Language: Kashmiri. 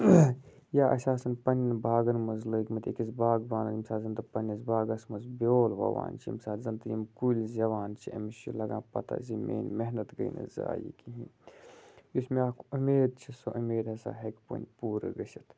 یا اَسہِ آسَن پنٛنٮ۪ن باغَن منٛز لٲگۍمٕتۍ ییٚتہِ ٲسۍ باغبان ییٚمہِ ساتَن تِم پنٛنِس باغَس منٛز بیول وَوان چھِ ییٚمہِ ساتہٕ زَن تہِ یِم کُلۍ زٮ۪وان چھِ أمِس لَگان پَتہ زِ میٛٲنۍ محنت گٔے نہٕ زایہِ کِہیٖنۍ تہِ یُس مےٚ اَکھ اُمید چھِ سۄ اُمید ہَسا ہیٚکہِ وۄںۍ پوٗرٕ گٔژھِتھ